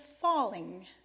falling